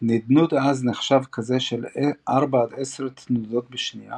נדנוד עז נחשב כזה של 4–10 תנודות בשנייה